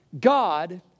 God